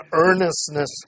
earnestness